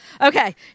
Okay